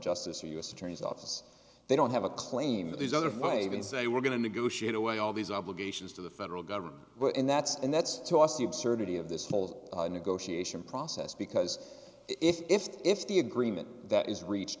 justice or u s attorney's office they don't have a claim that these other five even say we're going to negotiate away all these obligations to the federal government and that's and that's to us the absurdity of this whole negotiation process because if if the agreement that is reached